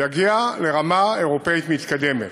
תגיע לרמה אירופית מתקדמת.